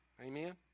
Amen